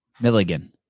Milligan